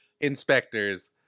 inspectors